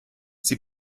sie